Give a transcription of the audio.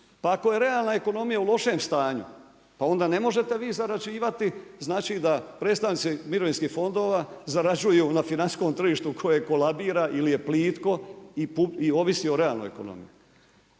Pa ako je realna ekonomija u lošem stanju, pa onda ne možete vi zarađivati, znači da predstavnici mirovinskih fondova zarađuju na financijskom tržištu koje kolabira ili je plitko i ovisi o realnoj ekonomiji.